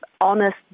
honest